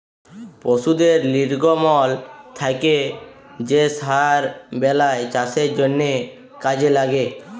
পশুদের লির্গমল থ্যাকে যে সার বেলায় চাষের জ্যনহে কাজে ল্যাগে